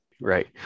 Right